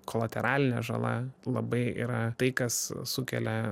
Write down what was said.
kolateralinė žala labai yra tai kas sukelia